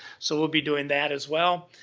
so, we'll be doing that as well.